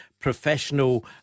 professional